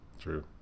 True